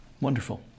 Wonderful